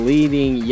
Leading